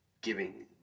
giving